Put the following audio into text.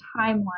timeline